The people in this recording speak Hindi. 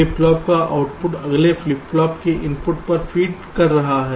फ्लिप फ्लॉप का आउटपुट अगले फ्लिप फ्लॉप के इनपुट को फीड कर रहा है